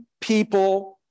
people